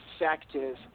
effective